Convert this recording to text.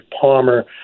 Palmer